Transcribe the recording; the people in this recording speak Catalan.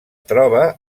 troba